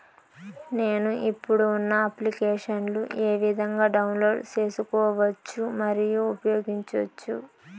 నేను, ఇప్పుడు ఉన్న అప్లికేషన్లు ఏ విధంగా డౌన్లోడ్ సేసుకోవచ్చు మరియు ఉపయోగించొచ్చు?